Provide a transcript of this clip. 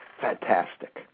fantastic